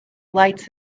lights